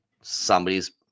somebody's